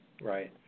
Right